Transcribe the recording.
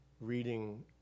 reading